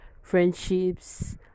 friendships